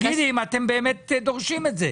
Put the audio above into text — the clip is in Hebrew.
תגידי אם אתם באמת דורשים את זה.